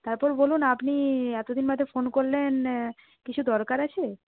তারপর বলুন আপনি এতদিন বাদে ফোন করলেন কিছু দরকার আছে